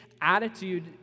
attitude